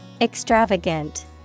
Extravagant